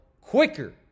quicker